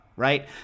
Right